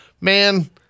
man